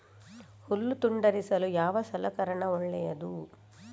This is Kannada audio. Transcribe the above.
ಹುಲ್ಲು ತುಂಡರಿಸಲು ಯಾವ ಸಲಕರಣ ಒಳ್ಳೆಯದು?